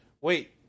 Wait